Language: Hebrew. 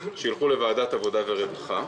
שילכו לוועדת עבודה ורווחה,